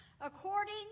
according